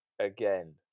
again